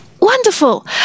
Wonderful